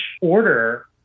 order